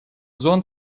зон